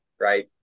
right